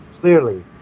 clearly